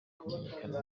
kumenyekana